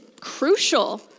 crucial